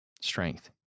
Strength